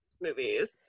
movies